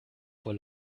vor